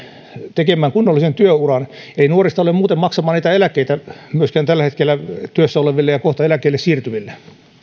tekemään kunnollisen työuran ei nuorista ole muuten maksamaan niitä eläkkeitä myöskään tällä hetkellä työssä oleville ja kohta eläkkeelle siirtyville